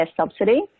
subsidy